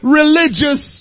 religious